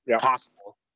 possible